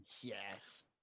Yes